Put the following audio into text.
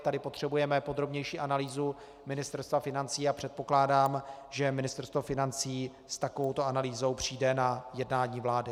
Tady potřebujeme podrobnější analýzu Ministerstva financí a předpokládám, že Ministerstvo financí s takovouto analýzou přijde na jednání vlády.